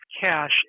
cash